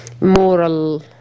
moral